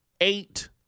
eight